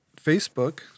Facebook